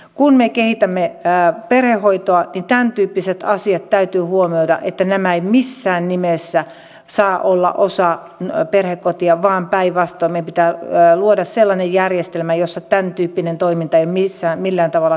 kun me kehitämme perhehoitoa niin tämän tyyppiset asiat täytyy huomioida että nämä eivät missään nimessä saa olla osa perhekotia vaan päinvastoin meidän pitää luoda sellainen järjestelmä jossa tämän tyyppinen toiminta ei ole millään tavalla hyväksyttävää